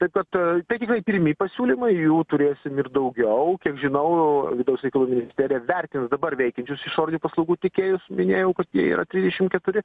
taip kad tai tikrai pirmi pasiūlymai jų turėsim ir daugiau kiek žinau vidaus reikalų ministerija vertins dabar veikiančius išorinių paslaugų teikėjus minėjau kad jie yra trisdešimt keturi